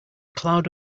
cloud